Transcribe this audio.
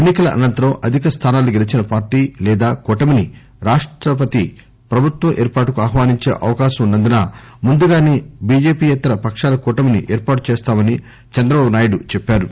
ఎన్ని కల అనంతరం అధిక స్టానాలు గెలిచిన పార్టీ లేదా కూటమిని రాష్టపతి ప్రభుత్వం ఏర్పాటుకు ఆహ్వానించే అవకాశం ఉన్న ందున ముందుగానే బిజెపియేతర పక్షాల కూటమిని ఏర్పాటు చేస్తామని చంద్రబాబు నాయుడు చెప్పారు